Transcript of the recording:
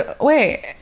wait